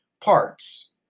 parts